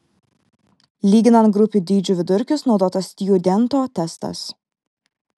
lyginant grupių dydžių vidurkius naudotas stjudento testas